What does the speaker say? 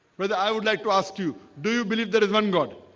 whether i would like to ask you do you believe there is one god?